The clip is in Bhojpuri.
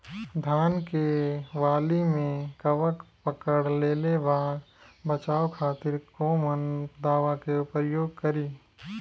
धान के वाली में कवक पकड़ लेले बा बचाव खातिर कोवन दावा के प्रयोग करी?